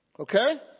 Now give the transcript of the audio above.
Okay